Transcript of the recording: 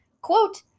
Quote